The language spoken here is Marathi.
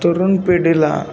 तरुण पिढीला